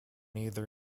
either